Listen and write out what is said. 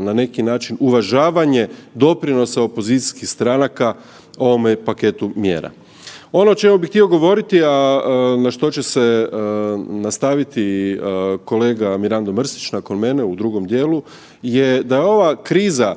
na neki način uvažavanje doprinosa opozicijskih stranaka ovome paketu mjera. Ono o čemu bih htio govoriti, a na što će se nastaviti kolega Mirando Mrsić nakon mene u drugom dijelu je da je ova kriza,